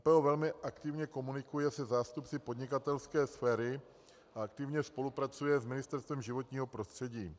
MPO velmi aktivně komunikuje se zástupci podnikatelské sféry a aktivně spolupracuje s Ministerstvem životního prostředí.